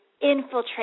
infiltrate